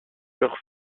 leur